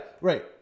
right